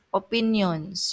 opinions